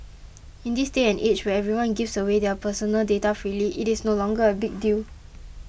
in this day and age where everyone gives away their personal data freely it is no longer a big deal